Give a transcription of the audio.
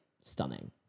stunning